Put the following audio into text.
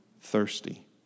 thirsty